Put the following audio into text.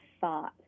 thought